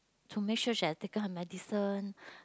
to make sure she has taken her medicine